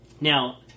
Now